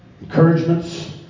encouragements